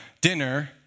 dinner